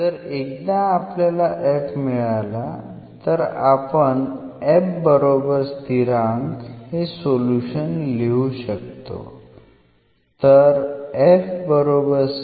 जर एकदा आपल्याला f मिळाला तर आपण f बरोबर स्थिरांक हे सोल्युशन लिहू शकतो